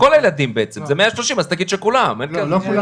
אז תגיד שכולם.